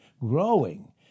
growing